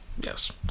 Yes